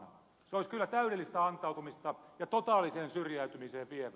se olisi kyllä täydellistä antautumista ja totaaliseen syrjäytymiseen vievää